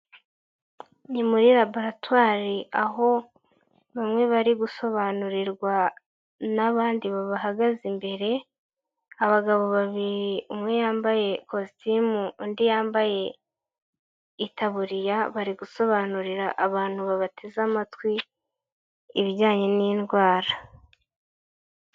Ni muri laboratwari aho bamwe bari gusobanurirwa n'abandi bahagaze imbere, abagabo babiri umwe yambaye ikositimu undi yambaye itaburiya, bari gusobanurira abantu babateze amatwi ibijyanye n'indwara.